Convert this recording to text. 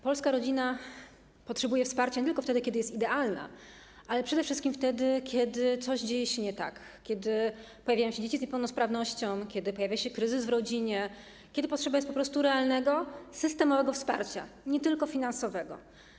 Polska rodzina potrzebuje wsparcia nie tylko wtedy, kiedy jest idealna, ale przede wszystkim wtedy, kiedy coś dzieje się nie tak, kiedy pojawiają się dzieci z niepełnosprawnością, kiedy pojawia się kryzys w rodzinie, kiedy potrzeba jest po prostu realnego, systemowego wsparcia, nie tylko finansowego.